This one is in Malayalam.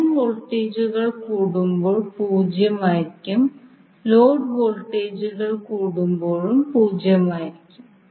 ലൈൻ വോൾട്ടേജുകൾ കൂട്ടുമ്പോൾ പൂജ്യമായിരിക്കും ലോഡ് വോൾട്ടേജുകൾ കൂട്ടുമ്പോഴും പൂജ്യമായിരിക്കും